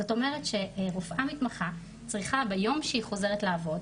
זאת אומרת שרופאה מתמחה צריכה ביום שהיא חוזרת לעבוד,